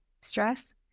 stress